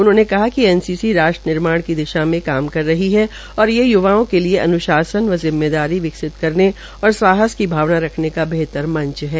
उन्होंने कहा कि एनसीसी राष्ट्र निर्माण की दिशा में काम कर रही है और ये य्वाओं के लिए अन्शासन व जिम्मेदारी विकसित करने और साहस की भावना रखने का बेहतर मंच है